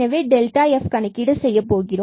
எனவே f கணக்கீடு செய்யப்போகிறோம்